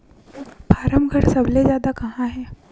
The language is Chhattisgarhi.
फारम घर सबले जादा कहां हे